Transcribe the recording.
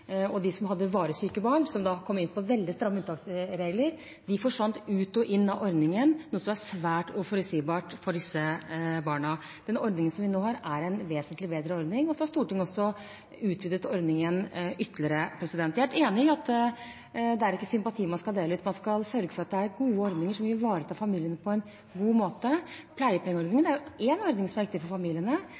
som hadde varig syke barn og da kom inn på veldig stramme unntaksregler, forsvant ut og inn av ordningen, noe som var svært uforutsigbart for disse barna. Ordningen vi nå har, er en vesentlig bedre ordning, og Stortinget har utvidet ordningen ytterligere. Jeg er enig i at det ikke er sympati man skal dele ut. Man skal sørge for at det er gode ordninger som ivaretar familiene på en god måte. Pleiepengeordningen er én ordning som er viktig for familiene.